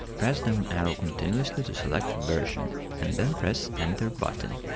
press down arrow continuously to select version and then press enter button.